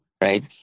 Right